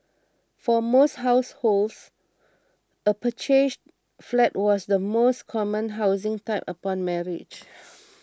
but for most households a purchased flat was the most common housing type upon marriage